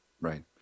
right